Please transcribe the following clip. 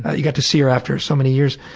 you got to see her after so many years,